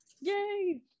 yay